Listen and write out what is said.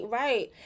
right